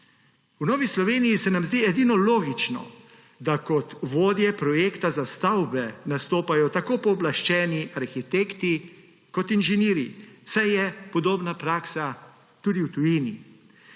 V Novi Sloveniji se nam zdi edino logično, da kot vodje projekta za stavbe nastopajo tako pooblaščeni arhitekti kot inženirji, saj je podobna praksa tudi v tujini.